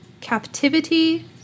Captivity